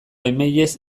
emailez